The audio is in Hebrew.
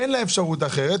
אין לה אפשרות אחרת.